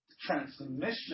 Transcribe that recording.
transmission